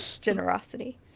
generosity